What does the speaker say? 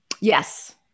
Yes